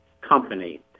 company